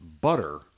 Butter